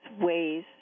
ways